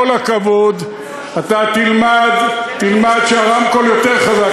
אתה תלמד שהרמקול יותר חזק.